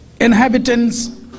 inhabitants